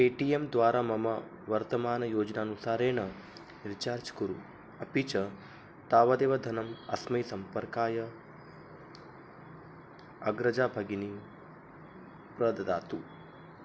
pay T M द्वारा मम वर्तमानयोजनानुसारेण रिचार्ज् कुरु अपि च तावदेव धनम् अस्मै सम्पर्काय अग्रजा भगिनी प्रददातु